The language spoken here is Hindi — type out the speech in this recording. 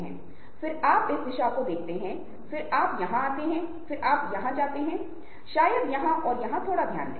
हम इस विशेष आरेख को देखें जहाँ यह आप हैं और ये आपके पांच मित्र १ २ ३ ४ और ५ हैं